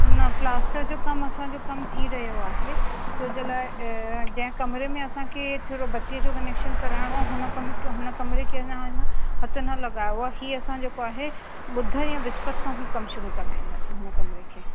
न प्लास्टर जो कमु असांजो कमु थी रहियो आहे छो जे लाइ जंहिं कमरे में असांखे थोरो बत्तीअ जो कनेक्शन कराइणो आहे हुन कम हुन कमरे के अञा हथु न लॻायो आहे ही असां जेको आहे ॿुधर या विस्पत खां कमु शुरू कराईंदासीं हुन कमरे खे